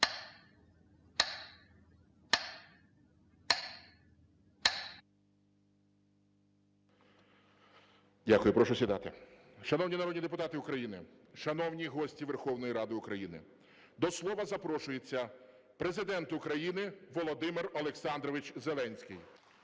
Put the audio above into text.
Дякую. Прошу сідати. Шановні народні депутати України, шановні гості Верховної Ради України, до слова запрошується Президент України Володимир Олександрович Зеленський.